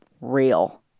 real